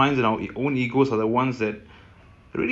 கடவுளநான்பார்க்கணும்:kadavula nan parkanum